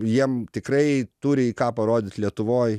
jiem tikrai turi į ką parodyt lietuvoj